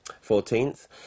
Fourteenth